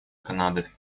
канады